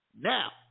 Now